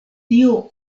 tio